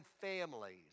families